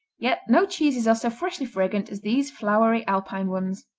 yet no cheeses are so freshly fragrant as these flowery alpine ones.